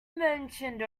mentioned